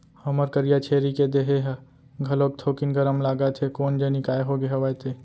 हमर करिया छेरी के देहे ह घलोक थोकिन गरम लागत हे कोन जनी काय होगे हवय ते?